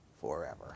forever